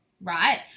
right